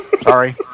Sorry